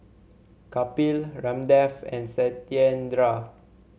Kapil Ramdev and Satyendra